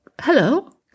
Hello